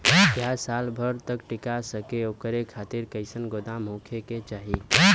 प्याज साल भर तक टीका सके ओकरे खातीर कइसन गोदाम होके के चाही?